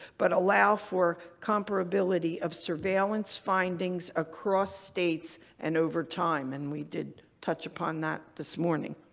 but allow for comparability of surveillance findings across states and over time, and we did touch upon that this morning.